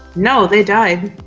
no, they d-ed.